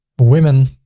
women.